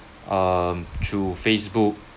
um through facebook